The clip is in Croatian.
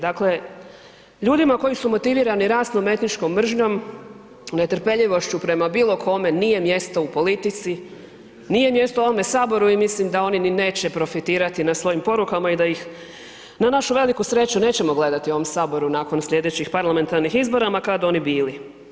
Dakle, ljudima koji su motivirani rasnom i etničkom mržnjom, netrpeljivošću prema bilo kome, nije mjesto u politici, nije mjesto u ovom Saboru i mislim da oni ni neće profitirati na svojim porukama i da ih na našu veliku sreću nećemo gledati u ovom Saboru nakon slijedećih parlamentarnih izbora ma kad oni bili.